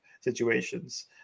situations